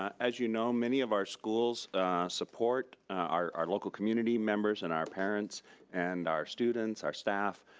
as you know, many of our schools support our our local community members and our parents and our students, our staff.